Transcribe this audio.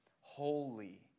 holy